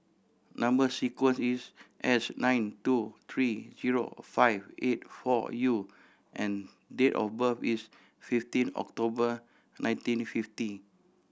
number sequence is S nine two three zero five eight four U and date of birth is fifteen October nineteen fifty